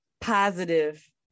positive